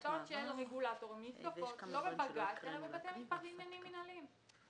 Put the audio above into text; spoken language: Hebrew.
החלטות של הרגולטור נתקפות לא בבג"צ אלא בבתי המשפט לעניינים מנהליים.